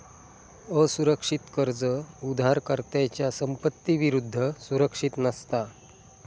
असुरक्षित कर्ज उधारकर्त्याच्या संपत्ती विरुद्ध सुरक्षित नसता